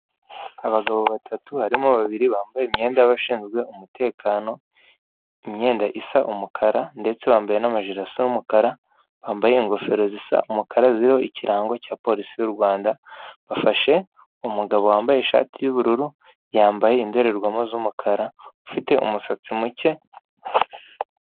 Abagabo batatu, barimo babiri bambaye imyenda y'abashinzwe umutekano, imyenda isa umukara ndetse bambaye n'amajire y'umukara, bambaye ingofero zisa umukara ziriho ikirango cya polisi y'u Rwanda. Bafashe umugabo wambaye ishati y'ubururu, yambaye indorerwamo z'umukara, afite umusatsi muke.